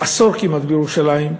עשור כמעט בירושלים,